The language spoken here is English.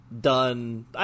done